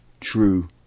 true